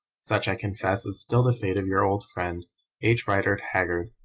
such, i confess, is still the fate of your old friend h. rider haggard.